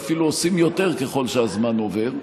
ואפילו עושים יותר ככל שהזמן עובר.